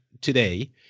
today